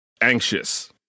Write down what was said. anxious